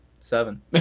seven